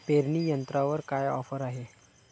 पेरणी यंत्रावर काय ऑफर आहे?